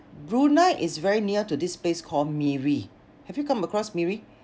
Brunei is very near to this place called Miri have you come across Miri